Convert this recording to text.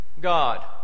God